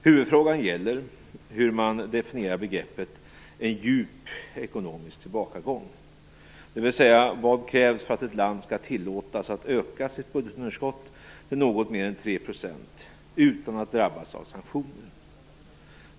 Huvudfrågan gäller hur man definierar begreppet "djup ekonomisk tillbakagång", dvs. vad som krävs för att ett land skall tillåtas öka sitt budgetunderskott till något mer än 3 % utan att drabbas av sanktioner.